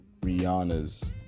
Rihanna's